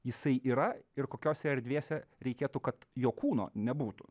jisai yra ir kokiose erdvėse reikėtų kad jo kūno nebūtų